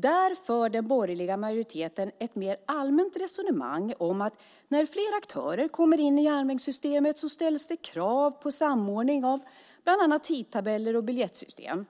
Där för den borgerliga majoriteten ett mer allmänt resonemang om att när fler aktörer kommer in i järnvägssystemet ställs det krav på samordning av bland annat tidtabeller och biljettsystem.